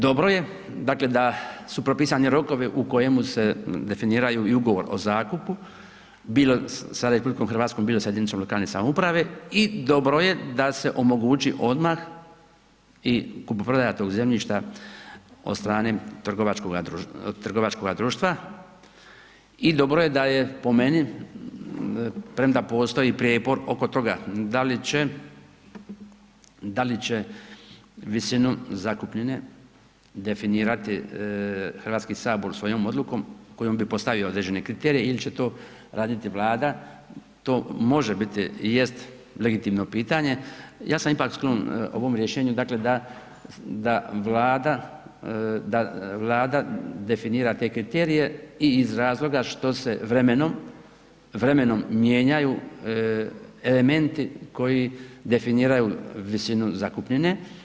Dobro je, dakle da su propisani rokovi u kojemu se definiraju i ugovor o zakupu bilo sa RH, bilo sa jedinicom lokalne samouprave i dobro je da se omogući odmah i kupoprodaja tog zemljišta od strane trgovačkoga društva i dobro je, po meni, premda postoji prijepor oko toga da li će visinu zakupnine definirati Hrvatski sabor svojom odlukom kojom bi postavio određene kriterije ili će to raditi Vlada, to može biti i jest legitimno pitanje, ja sam ipak sklon ovom rješenju dakle da, da Vlada, da Vlada definira te kriterije i iz razloga što se vremenom, vremenom mijenjaju elementi koji definiraju visinu zakupnine.